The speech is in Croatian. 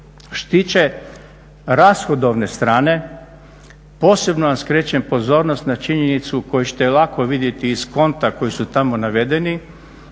tiče rashodovne strane posebno vam skrećem pozornost na činjenicu koju ćete lako vidjeti iz konta koji su tamo navedeni.